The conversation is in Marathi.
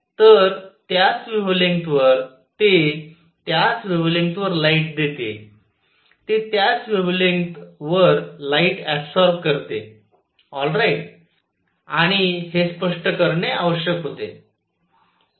तर त्याच वेव्हलेंग्थवर ते त्याच वेव्हलेंग्थवर लाइट देते ते त्याच वेव्हलेंग्थवर लाइट ऍबसॉरब करते ऑल राईट आणि हे स्पष्ट करणे आवश्यक होते